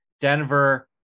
Denver